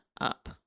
Up